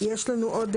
יש לנו עוד,